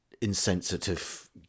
insensitive